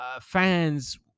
fans